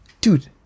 Dude